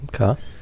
okay